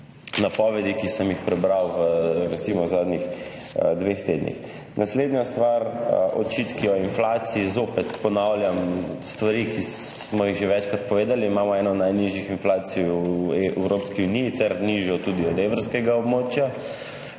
napovedi, ki sem jih prebral v zadnjih dveh tednih. Naslednja stvar, očitki o inflaciji. Zopet ponavljam stvari, ki smo jih že večkrat povedali, imamo eno najnižjih inflacij v Evropski uniji ter nižjo tudi od evrskega območja.